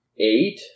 eight